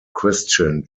christian